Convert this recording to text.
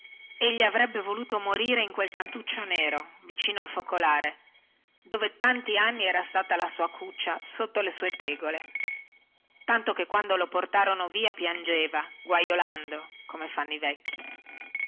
cosa egli avrebbe voluto morire in quel cantuccio nero vicino al focolare dove tanti anni era stata la sua cuccia sotto le sue tegole tanto che quando lo portarono via piangeva guaiolando come fanno i vecchi